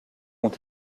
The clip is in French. ont